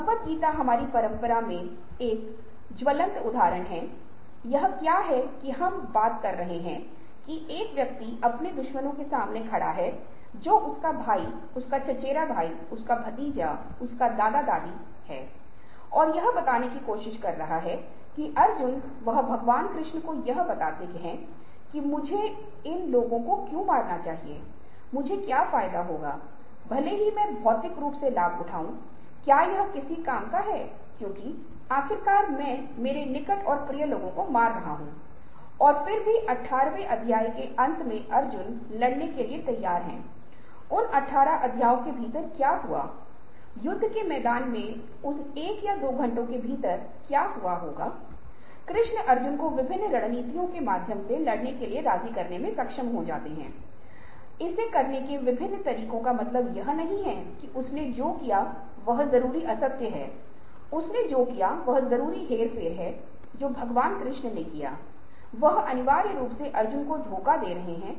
भावना है की बुद्धिमान लोग व्यक्तिगत महत्व द्वारा निर्देशित नहीं होते हैं वे समूह द्वारा निर्देशित होते हैं जो उस महत्व को प्राप्त करेंगे जिसे वे नेतृत्व करते हैं या जिसके साथ वे अक्सर बातचीत करते हैं और साथ ही साथ वे अपने व्यवहार में ईमानदारी निरंतरता दिखाते हैं साथ ही साथ वे खुले तौर पर कार्य करते हैं अर्थात उनके कहने और करने के बीच एक सामंजस्य है और जिसे हम ईमानदारी और अखंडता कहते हैं